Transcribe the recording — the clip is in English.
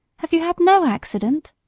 have you had no accident?